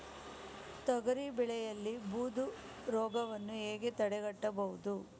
ತೊಗರಿ ಬೆಳೆಯಲ್ಲಿ ಬೂದು ರೋಗವನ್ನು ಹೇಗೆ ತಡೆಗಟ್ಟಬಹುದು?